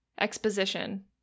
exposition